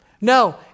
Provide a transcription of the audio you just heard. No